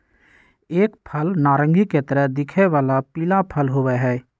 एक फल नारंगी के तरह दिखे वाला पीला फल होबा हई